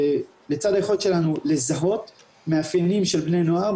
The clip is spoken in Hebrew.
לצד היכולת שלנו לזהות מאפיינים של בני נוער,